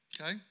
okay